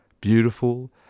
beautiful